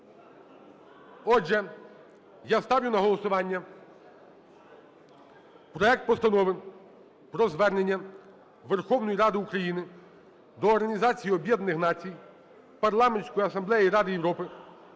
Отже, я ставлю на голосування проект Постанови про Звернення Верховної Ради України до Організації Об'єднаних Націй, Парламентської Асамблеї Ради Європи,